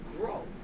grow